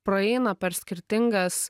praeina per skirtingas